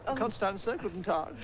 ah constanza, gutten tag.